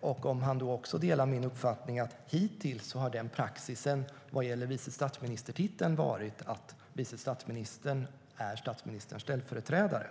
och om han då också delar min uppfattning att hittills har denna praxis vad gäller titeln vice statsminister varit att vice statsministern är statsministerns ställföreträdare.